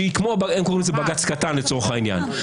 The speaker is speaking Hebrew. הם קוראים לזה "בג"ץ קטן", לצורך העניין.